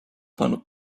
pannud